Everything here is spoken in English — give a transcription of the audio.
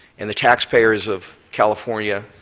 and the taxpayers of california,